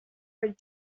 her